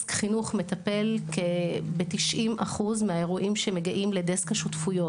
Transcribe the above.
דסק חינוך מטפל ב-90% מהאירועים שמגיעים לדסק השותפויות.